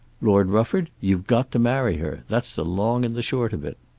lord rufford, you've got to marry her. that's the long and the short of it.